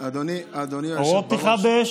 הוראות פתיחה באש במשטרת ישראל,